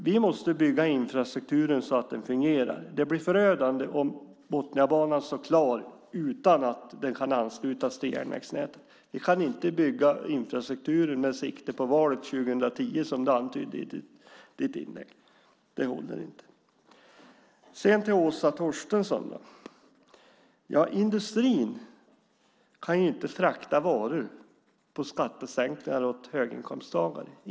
Vi måste bygga infrastrukturen så att den fungerar. Det blir förödande om Botniabanan står klar utan att den kan anslutas till järnvägsnätet. Vi kan inte bygga infrastruktur med sikte på valet 2010, som du antydde i ditt inlägg. Det håller inte. Sedan vänder jag mig till Åsa Torstensson. Industrin kan inte frakta varor på skattesänkningar åt höginkomsttagare.